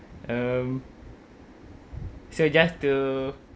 um so just to